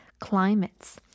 climates